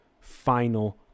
final